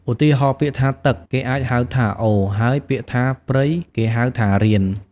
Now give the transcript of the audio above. ឧទាហរណ៍ ពាក្យថា "ទឹក" គេអាចហៅថា "អូរ" ហើយពាក្យថា "ព្រៃ" គេហៅថា "រៀន"។